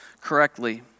correctly